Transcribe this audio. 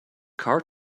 car